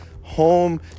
home